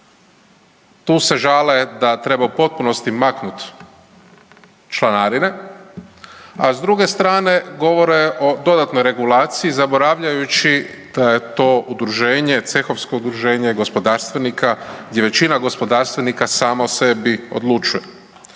tu se žale da treba u potpunosti maknut članarine, a s druge strane govore o dodatnoj regulaciji zaboravljajući da je to udruženje, cehovsko udruženje gospodarstvenika gdje većina gospodarstvenika sama o sebi odlučuje.